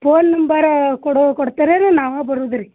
phone number ಕೊಡೋ ಕೊಡ್ತಾರೆ ಏನು ನಾವು ಬರೋದ್ರಿ